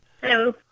Hello